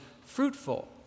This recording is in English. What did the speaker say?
fruitful